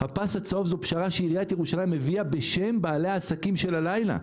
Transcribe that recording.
הפס הצהוב זו פשרה שעיריית ירושלים הביאה בשם בעלי העסקים של הלילה.